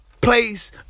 place